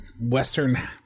western